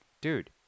dude